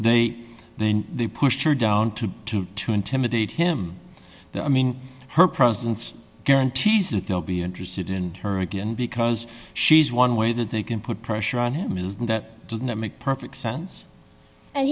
they then they pushed her down to two to intimidate him i mean her presence guarantees that they'll be interested in her again because she's one way that they can put pressure on him isn't that doesn't make perfect sense and